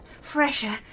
fresher